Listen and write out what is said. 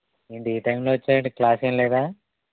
ఏంటి ఈ టైంలో వచ్చావు ఏంటి క్లాసేం లేదా